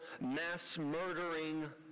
mass-murdering